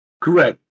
Correct